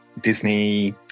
Disney